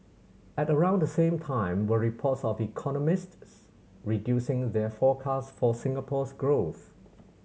at around the same time were reports of economists reducing their forecast for Singapore's growth